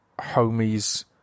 homies